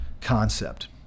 concept